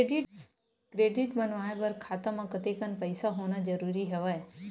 Credit बनवाय बर खाता म कतेकन पईसा होना जरूरी हवय?